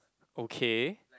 okay